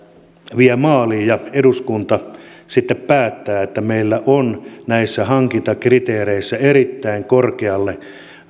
vie hyvin maaliin ja eduskunta sitten päättää että meillä on näissä hankintakriteereissä erittäin korkealle